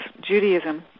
Judaism